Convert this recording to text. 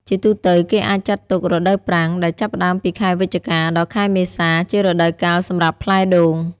ជាទូទៅ គេអាចចាត់ទុក រដូវប្រាំង ដែលចាប់ផ្ដើមពី ខែវិច្ឆិកា ដល់ខែមេសា ជារដូវកាលសម្រាប់ផ្លែដូង។